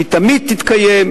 שהיא תמיד תתקיים,